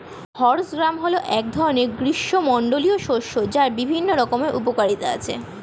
horse gram হল এক ধরনের গ্রীষ্মমণ্ডলীয় শস্য যার বিভিন্ন রকমের উপকারিতা আছে